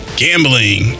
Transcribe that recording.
gambling